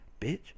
bitch